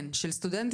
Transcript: כן, של סטודנטים.